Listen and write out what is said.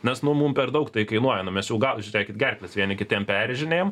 nes nu mum per daug tai kainuoja nu mes jau gal žiūrėkit gerkles vieni kitiem peržiūrinėjam